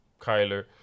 Kyler